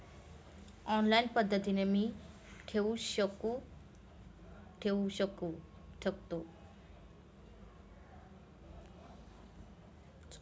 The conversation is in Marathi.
ऑनलाईन पद्धतीने मी ठेव कशी ठेवू शकतो?